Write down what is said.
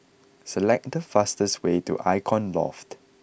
select the fastest way to Icon Loft